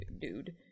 dude